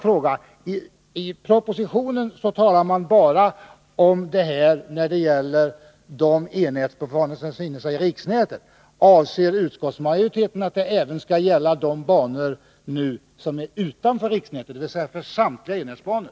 I propositionen talar man bara om detta när det gäller de e-nätsbanor som befinner sig i riksnätet. Avser utskottsmajoriteten att det även skall gälla för de banor som nu står utanför riksnätet, dvs. för samtliga e-nätsbanor?